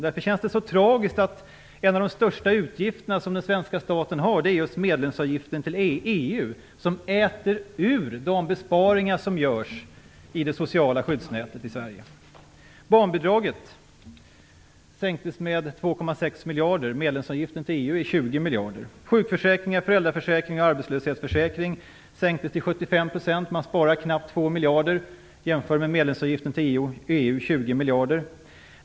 Därför känns det tragiskt att en av de största utgifter som den svenska staten har är just medlemsavgiften till EU som äter upp de besparingar som görs i det sociala skyddsnätet i Sverige. Barnbidraget sänks med 2,6 miljarder. Medlemsavgiften till EU är 20 miljarder. Sjukförsäkring, föräldraförsäkring och arbetslöshetsförsäkring sänks till 75 %, vilket innebär en besparing på knappt 2 miljarder. Detta är att jämföra med EU-medlemsavgiften på 20 miljarder.